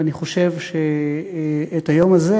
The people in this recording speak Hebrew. ואני חושב שהיום הזה,